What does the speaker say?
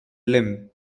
limb